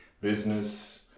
business